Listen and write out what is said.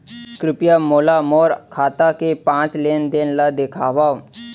कृपया मोला मोर खाता के पाँच लेन देन ला देखवाव